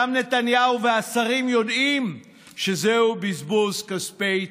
גם נתניהו והשרים יודעים שזהו בזבוז כספי ציבור.